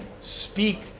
speak